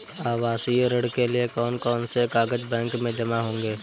आवासीय ऋण के लिए कौन कौन से कागज बैंक में जमा होंगे?